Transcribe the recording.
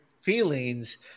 feelings